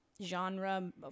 genre